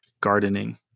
Gardening